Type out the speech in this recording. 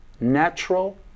natural